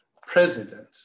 president